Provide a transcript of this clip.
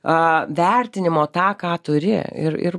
a vertinimo tą ką turi ir ir